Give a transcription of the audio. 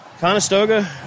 Conestoga